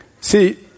See